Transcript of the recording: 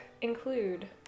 include